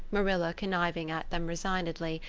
marilla conniving at them resignedly,